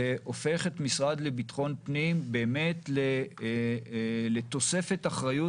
זה הופך את המשרד לביטחון פנים לתוספת אחריות